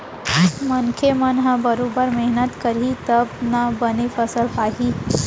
मनसे मन ह बरोबर मेहनत करही तब ना बने फसल पाही